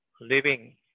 living